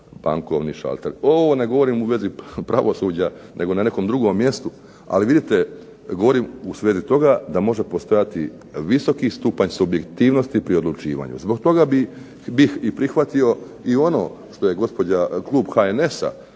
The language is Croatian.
Ovo ne govorim u vezi pravosuđa, nego na nekom drugom mjestu, ali vidite govorim u svezi toga da može postojati visoki stupanj subjektivnosti pri odlučivanju. Zbog toga bih i prihvatio i ono što je gospođa klub HNS-a